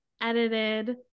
edited